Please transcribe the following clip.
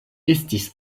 estis